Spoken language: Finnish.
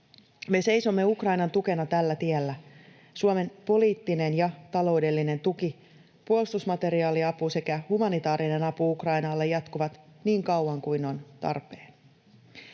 Me seisomme Ukrainan tukena tällä tiellä. Suomen poliittinen ja taloudellinen tuki, puolustusmateriaaliapu sekä humanitaarinen apu Ukrainalle jatkuvat niin kauan kuin on tarpeen.